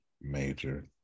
major